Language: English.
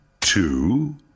two